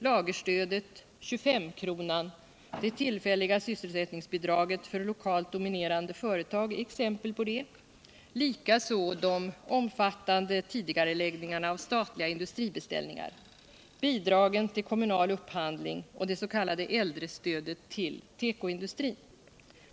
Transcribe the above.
Lagerstödet, 25-kronan, det tillfälliga sysselsättningsbidraget för lokalt dominerande företag är exempel på det, likaså de omfattande tidigareläggningarna av statliga industribeställningar, bidragen till kommunal upphandling och det s.k. äldrestödet till tekoindustrin.